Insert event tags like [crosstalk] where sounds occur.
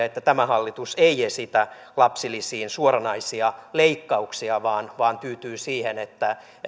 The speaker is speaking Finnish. [unintelligible] että tämä hallitus ei esitä lapsilisiin suoranaisia leikkauksia vaan vaan tyytyy siihen että